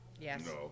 Yes